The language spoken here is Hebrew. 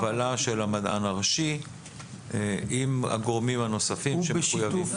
בהובלה של המדען הראשי עם הגורמים הנוספים שמחויבים.